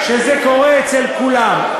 אני לא אומר שזה קורה אצל כולם.